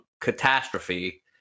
catastrophe